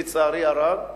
לצערי הרב.